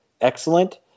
excellent